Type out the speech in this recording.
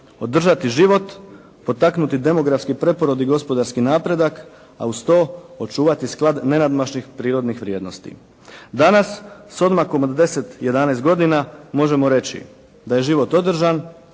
održati život, potaknuti demografski preporod i gospodarski napredak, a uz to očuvati sklad nenadmašnih prirodnih vrijednosti. Danas s odmakom od 10, 11 godina možemo reći da je život održan,